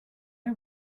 are